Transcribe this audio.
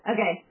Okay